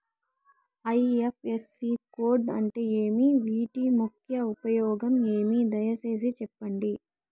IFSC code అంటే ఏమి? వీటి ముఖ్య ఉపయోగం ఏమి? దయసేసి సెప్పండి?